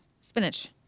Spinach